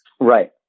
Right